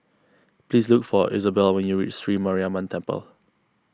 please look for Isobel when you reach Sri Mariamman Temple